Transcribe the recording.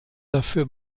dafür